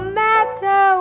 matter